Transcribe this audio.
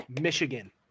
Michigan